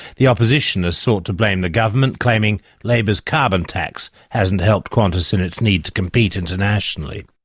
the opposition has sought to blame the government, claiming labor's carbon tax hasn't helped qantas in its need to compete internationally.